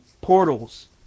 portals